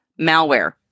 malware